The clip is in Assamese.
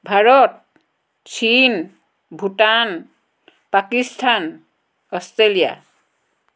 ভাৰত চীন ভূটান পাকিস্তান অষ্ট্ৰেলিয়া